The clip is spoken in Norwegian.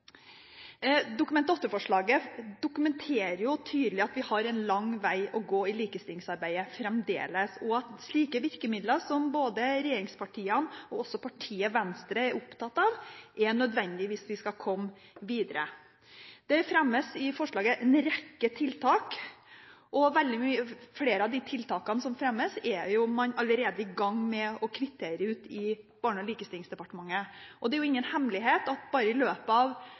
Dokument 8-forslaget dokumenterer tydelig at vi fremdeles har en lang vei å gå i likestillingsarbeidet, og at slike virkemidler som både regjeringspartiene og også Venstre er opptatt av, er nødvendige hvis vi skal komme videre. En rekke tiltak blir fremmet i forslaget, og flere av dem er man allerede i gang med å kvittere ut i Barne-, likestillings- og inkluderingsdepartementet. Det er ingen hemmelighet at bare i løpet av